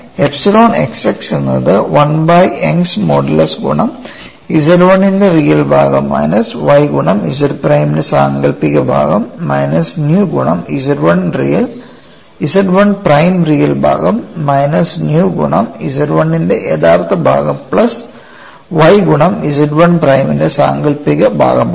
അതിനാൽ epsilon x x എന്നത് 1 by Young's modulus ഗുണം Z 1 ൻറെ റിയൽ ഭാഗം മൈനസ് y ഗുണം Z 1 പ്രൈം സാങ്കൽപ്പിക ഭാഗം മൈനസ് ന്യൂ ഗുണം Z 1 പ്രൈം റിയൽ ഭാഗം മൈനസ് ന്യൂ ഗുണം ഇസഡ് 1 ന്റെ യഥാർത്ഥ ഭാഗം പ്ലസ് y ഗുണം Z 1 പ്രൈമിന്റെ സാങ്കൽപിക ഭാഗമാണ്